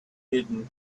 hidden